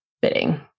bidding